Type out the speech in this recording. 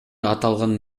аталган